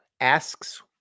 asks